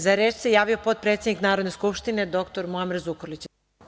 Za reč se javio potpredsednik Narodne skupštine, dr Muamer Zukorlić.